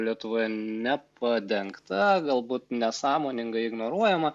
lietuvoje nepadengta galbūt nesąmoningai ignoruojama